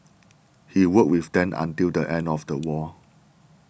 he worked with them until the end of the war